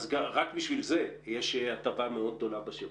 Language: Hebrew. אז רק בשביל זה יש הטבה מאוד גדולה בשירות.